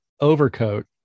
overcoat